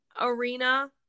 arena